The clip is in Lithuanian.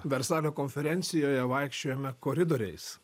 versalio konferencijoje vaikščiojome koridoriais